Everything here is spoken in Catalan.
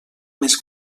més